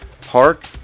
park